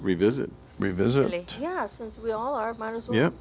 revisit revisit ye